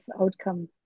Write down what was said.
outcome